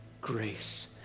grace